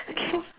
okay